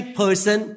person